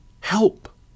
Help